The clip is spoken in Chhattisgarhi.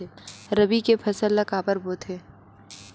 रबी के फसल ला काबर बोथे?